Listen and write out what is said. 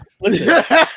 Listen